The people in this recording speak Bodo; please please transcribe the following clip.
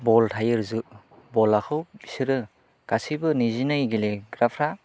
बल थायो बलाखौ बिसोरो गासैबो नैजिनै गेलेग्राफोरा